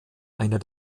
einer